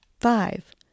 five